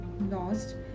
lost